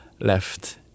left